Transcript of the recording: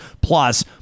Plus